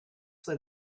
where